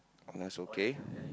I'm not so okay